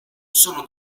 sono